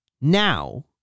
now